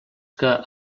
que